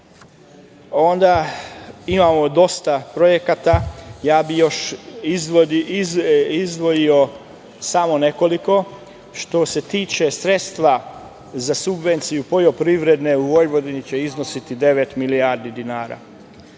dinara. Imamo još dosta projekata. Ja bih još izdvojio samo nekoliko. Što se tiče sredstva za subvenciju poljoprivrede u Vojvodini će iznositi devet milijardi dinara.